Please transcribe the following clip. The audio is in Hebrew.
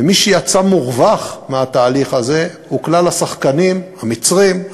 ומי שיצאו מורווחים מהתהליך הזה הם כלל השחקנים: המצרים,